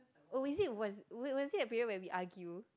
oh is it was was was it a period when we argue